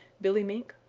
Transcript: billy mink,